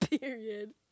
Period